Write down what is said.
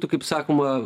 tai kaip sakoma